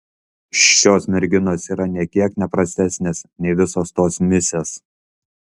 šios merginos yra nė kiek ne prastesnės nei visos tos misės